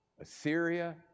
Assyria